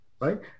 Right